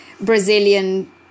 Brazilian